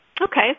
Okay